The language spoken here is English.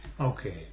okay